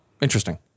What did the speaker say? Interesting